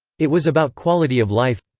it was about quality of life.